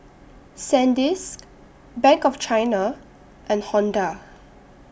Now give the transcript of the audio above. Sandisk Bank of China and Honda